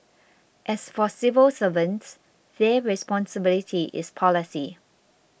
as for civil servants their responsibility is policy